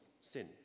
sin